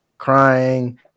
crying